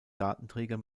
datenträger